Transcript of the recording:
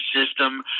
system